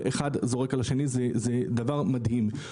כל אחד זורק על השני, זה דבר מדהים.